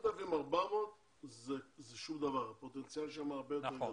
8,400 זה שום דבר, הפוטנציאל שם הרבה יותר גדול.